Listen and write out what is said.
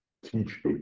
teach